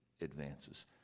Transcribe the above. advances